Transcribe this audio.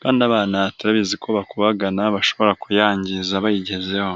kandi abana turabizi ko bakubagana bashobora kuyangiza bayigezeho.